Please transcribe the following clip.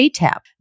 ATAP